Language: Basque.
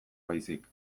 baizik